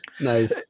Nice